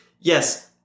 yes